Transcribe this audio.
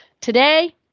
Today